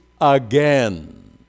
again